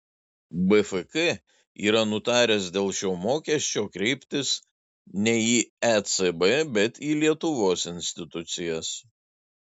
bfk yra nutaręs dėl šio mokesčio kreiptis ne į ecb bet į lietuvos institucijas